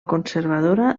conservadora